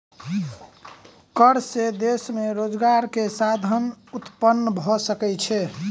कर से देश में रोजगार के साधन उत्पन्न भ सकै छै